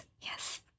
Yes